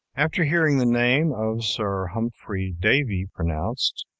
after hearing the name of sir humphry davy pronounced,